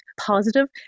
positive